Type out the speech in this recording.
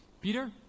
Peter